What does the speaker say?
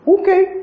Okay